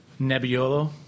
Nebbiolo